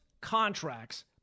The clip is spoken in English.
contracts